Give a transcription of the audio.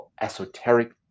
esoteric